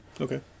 Okay